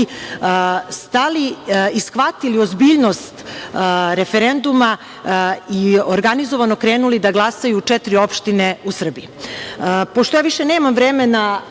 stali i shvatili obziljnost referenduma i organizovano krenuli da glasaju u četiri opštine u Srbiji. Pošto